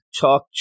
talk